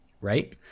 Right